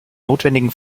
notwendigen